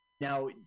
Now